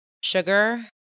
sugar